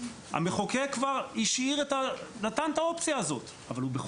המחוקק כבר נתן את האופציה הזאת אבל הוא השאיר אותה,